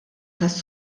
tas